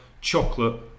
chocolate